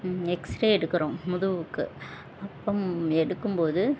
x ray எடுக்கிறோம் முதுகுக்கு அப்போது எடுக்கும்போது